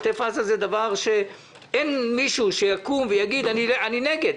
עוטף עזה זה דבר שאין מישהו שיקום ויגיד שהוא נגד,